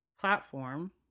platform